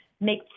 make